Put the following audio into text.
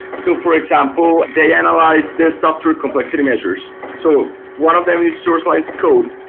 so for example, they analyze the software complexity measures. so one of them is source lines of code,